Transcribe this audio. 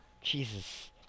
Jesus